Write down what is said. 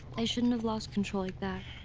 i shouldn'tve lost control like that.